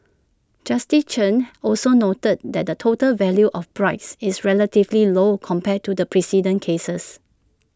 justice chan also noted that the total value of bribes is relatively low compared to the precedent cases